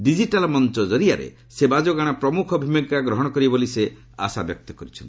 digital ମଞ୍ଚ କରିଆରେ ସେବା ଯୋଗାଣ ପ୍ରମୁଖ ଭୂମିକା ଗ୍ରହଣ କରିବ ବୋଲି ସେ ଆଶା ବ୍ୟକ୍ତ କରିଛନ୍ତି